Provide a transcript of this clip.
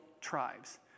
tribes